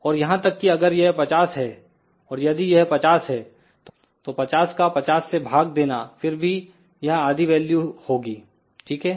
और यहां तक की अगर यह 50 है और यदि यह 50 है तो 50 का 50 से भाग देना फिर भी यह आधी वैल्यू होगी ठीक है